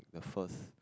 the first